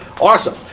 Awesome